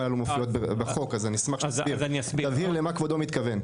אז אשמח אם תסביר למה כבודו מתכוון.